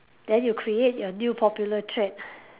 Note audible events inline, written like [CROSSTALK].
then you create your new popular trend [BREATH]